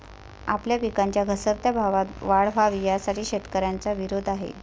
आपल्या पिकांच्या घसरत्या भावात वाढ व्हावी, यासाठी शेतकऱ्यांचा विरोध आहे